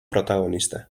protagonista